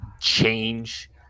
change